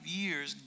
years